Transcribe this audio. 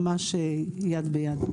ממש יד ביד.